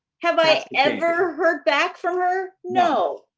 have i ever heard back from her? no.